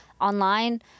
online